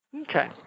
Okay